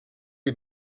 les